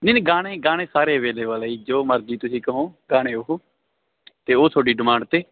ਨਹੀਂ ਨਹੀਂ ਗਾਣੇ ਗਾਣੇ ਸਾਰੇ ਅਵੇਲੇਬਲ ਹੈ ਜੋ ਮਰਜ਼ੀ ਤੁਸੀਂ ਕਹੋ ਗਾਣੇ ਉਹ ਅਤੇ ਉਹ ਤੁਹਾਡੀ ਡਿਮਾਂਡ 'ਤੇ